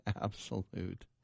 absolute